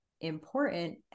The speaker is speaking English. important